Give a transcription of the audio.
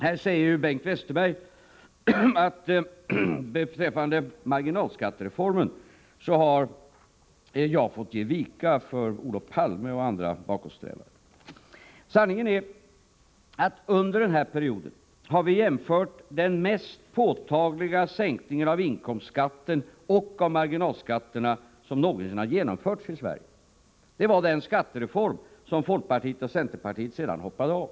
Här säger Bengt Westerberg att jag beträffande marginalskattereformen har fått ge vika för Olof Palme och andra bakåtsträvare. Sanningen är att under denna period har vi genomfört den mest påtagliga sänkningen av inkomstskatten och av marginalskatterna som någonsin har genomförts i Sverige. Det var den skattereform som folkpartiet och centerpartiet sedan hoppade av.